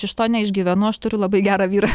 iš to neišgyvenu aš turiu labai gerą vyrą